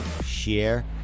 share